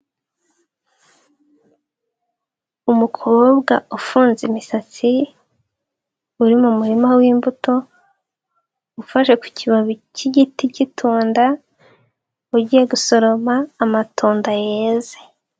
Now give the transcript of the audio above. Umukobwa ufunze imisatsi uri mu murima w'imbuto, ufashe ku kibabi k'igiti k'itunda, ugiye gusoroma amatunda yeze.